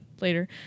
later